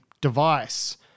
device